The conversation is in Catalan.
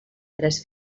tres